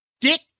Dick